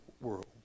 world